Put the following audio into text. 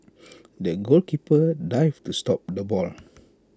the goalkeeper dived to stop the ball